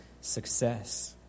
success